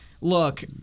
Look